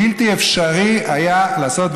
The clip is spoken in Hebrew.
בלתי אפשרי היה לעשות,